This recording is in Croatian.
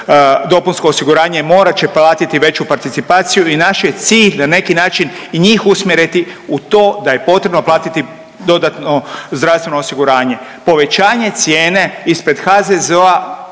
dopunsko osiguranje morat će platiti veću participaciju i naš je cilj na neki način i njih usmjeriti u to da je potrebno platiti dodatno zdravstveno osiguranje. Povećanje cijene ispred HZZO-a